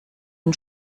den